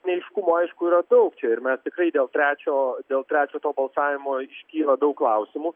neaiškumų aišku yra daug čia ir mes tikrai dėl trečio dėl trečio to balsavimo iškyla daug klausimų